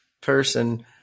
person